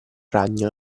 ragno